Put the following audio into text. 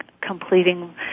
completing